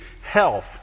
health